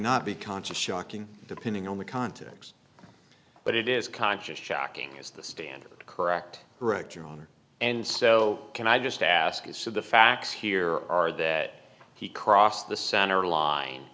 not be conscious shocking depending on the context but it is conscious shocking is the standard correct correct your honor and so can i just ask you so the facts here are that he crossed the cent